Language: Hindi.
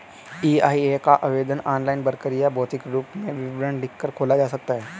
ई.आई.ए का आवेदन ऑनलाइन भरकर या भौतिक रूप में विवरण लिखकर खोला जा सकता है